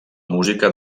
música